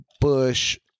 Bush